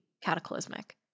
cataclysmic